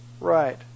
Right